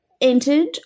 entered